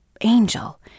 Angel